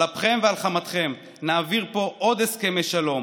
על אפכם ועל חמתכם נעביר פה עוד הסכמי שלום